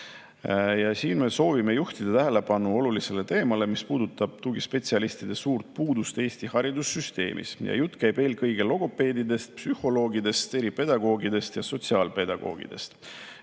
Me soovime juhtida tähelepanu olulisele teemale, mis puudutab suurt tugispetsialistide puudust Eesti haridussüsteemis. Jutt käib eelkõige logopeedidest, psühholoogidest, eripedagoogidest ja sotsiaalpedagoogidest.